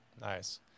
Nice